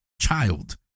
child